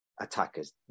attackers